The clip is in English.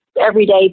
everyday